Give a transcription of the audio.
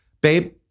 babe